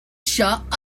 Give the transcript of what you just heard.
shut